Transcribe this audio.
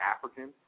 African